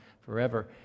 forever